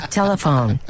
telephone